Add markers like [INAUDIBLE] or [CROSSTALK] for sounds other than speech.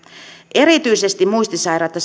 erityisesti muistisairautta [UNINTELLIGIBLE]